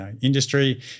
industry